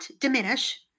diminish